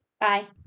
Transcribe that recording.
Bye